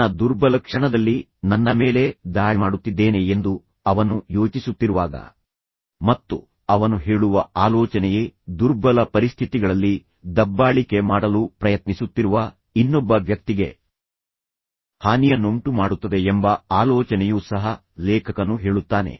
ನನ್ನ ದುರ್ಬಲ ಕ್ಷಣದಲ್ಲಿ ನನ್ನ ಮೇಲೆ ದಾಳಿ ಮಾಡುತ್ತಿದ್ದೇನೆ ಎಂದು ಅವನು ಯೋಚಿಸುತ್ತಿರುವಾಗ ಮತ್ತು ಅವನು ಹೇಳುವ ಆಲೋಚನೆಯೇ ದುರ್ಬಲ ಪರಿಸ್ಥಿತಿಗಳಲ್ಲಿ ದಬ್ಬಾಳಿಕೆ ಮಾಡಲು ಪ್ರಯತ್ನಿಸುತ್ತಿರುವ ಇನ್ನೊಬ್ಬ ವ್ಯಕ್ತಿಗೆ ಹಾನಿಯನ್ನುಂಟು ಮಾಡುತ್ತದೆ ಎಂಬ ಆಲೋಚನೆಯೂ ಸಹ ಲೇಖಕನು ಹೇಳುತ್ತಾನೆ